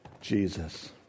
Jesus